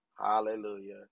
hallelujah